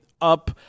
up